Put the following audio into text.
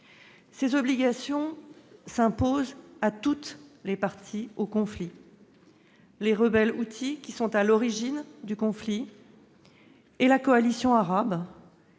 Ces obligations s'imposent à toutes les parties au conflit : les rebelles houthis, qui en sont à l'origine, et la coalition arabe,